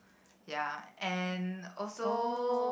ya and also